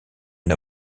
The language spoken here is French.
une